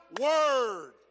Word